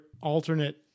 alternate